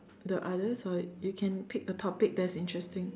the others or you can pick a topic that is interesting